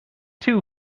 too